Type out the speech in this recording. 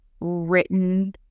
written